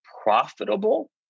profitable